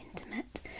intimate